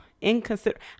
inconsiderate